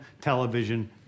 television